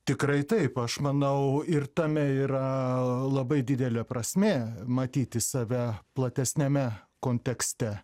tikrai taip aš manau ir tame yra labai didelė prasmė matyti save platesniame kontekste